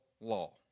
law